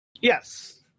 Yes